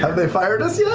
they fired us yet?